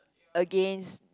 against